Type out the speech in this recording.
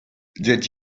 did